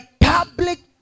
public